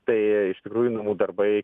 tai iš tikrųjų namų darbai